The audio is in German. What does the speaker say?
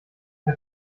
hat